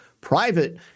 private